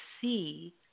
see